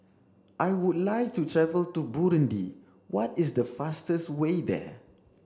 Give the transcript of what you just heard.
I would like to travel to Burundi what is the fastest way there